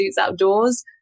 outdoors